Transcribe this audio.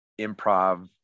improv